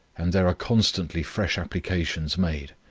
and there are constantly fresh applications made.